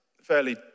fairly